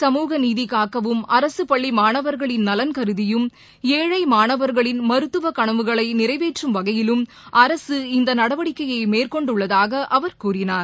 சமூக நீதி காக்கவும் அரசுப்பள்ளி மாணவர்களின் நலன்கருதியும் ஏழை மாணவர்களின் மருத்துவ களவுகளை நிறைவேற்றும் வகையிலும் அரசு இந்த நடவடிக்கையை மேற்கொண்டுள்ளதாக அவர் கூறினார்